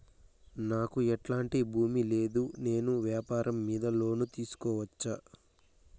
నాకు ఎట్లాంటి భూమి లేదు నేను వ్యాపారం మీద లోను తీసుకోవచ్చా?